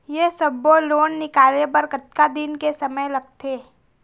ये सब्बो लोन निकाले बर कतका दिन के समय लगथे?